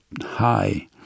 high